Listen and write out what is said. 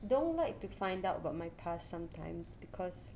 don't like to find out about my past sometimes because